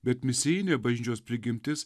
bet misienė bažnyčios prigimtis